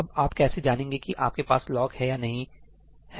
अब आप कैसे जानेंगे कि आपके पास लॉक है या नहीं है